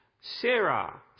Sarah